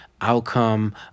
outcome